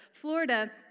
Florida